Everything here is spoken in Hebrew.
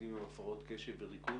תלמידים עם הפרעות קשב וריכוז,